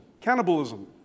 cannibalism